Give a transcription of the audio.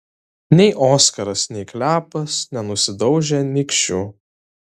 nei oskaras nei klepas nenusidaužė nykščių